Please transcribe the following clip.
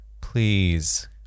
please